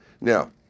Now